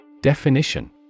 Definition